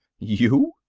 you!